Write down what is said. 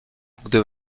gdy